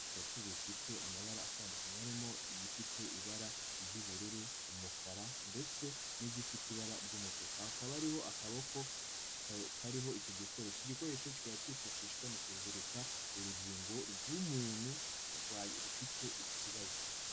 Bitatu bifite amabara atandukanye harimo igifite ibara ry'ubururu, umukara ndetse n'igifite ibara ry'umutuku, hakaba hariho akaboko kariho icyi gikoresho, icyo gikoresho kikaba kifashishwa mu kuzirika urugingo rw'umuntu rufite ikibazo.